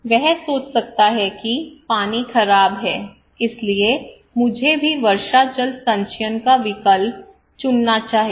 वह सोच सकता है कि पानी खराब है इसलिए मुझे भी वर्षा जल संचयन का विकल्प चुनना चाहिए